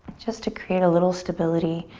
just to create a little stability.